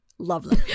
lovely